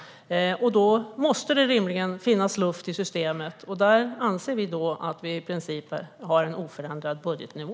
Då måste det rimligen finnas luft i systemet. Därför har vi en i princip oförändrad budgetnivå.